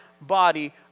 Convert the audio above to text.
body